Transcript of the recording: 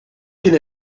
kien